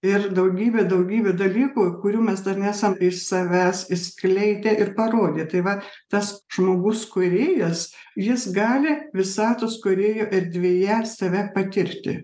ir daugybę daugybę dalykų kurių mes dar nesam iš savęs išskleidę ir parodę tai va tas žmogus kūrėjas jis gali visatos kūrėjo erdvėje save patirti